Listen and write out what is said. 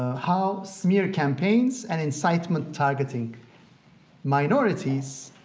ah how smear campaigns and incitement targeting minorities